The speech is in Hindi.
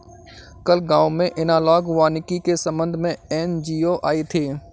कल गांव में एनालॉग वानिकी के संबंध में एन.जी.ओ आई थी